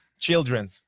Children